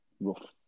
rough